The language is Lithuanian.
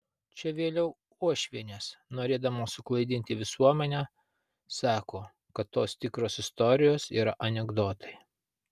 čia vėliau uošvienės norėdamos suklaidinti visuomenę sako kad tos tikros istorijos yra anekdotai